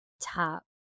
Top